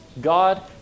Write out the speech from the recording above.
God